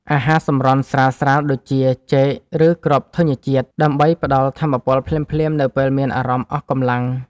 អាហារសម្រន់ស្រាលៗដូចជា ចេក ឬគ្រាប់ធញ្ញជាតិ ដើម្បីផ្ដល់ថាមពលភ្លាមៗនៅពេលមានអារម្មណ៍អស់កម្លាំង។